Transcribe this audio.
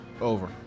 Over